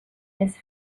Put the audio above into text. his